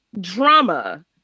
drama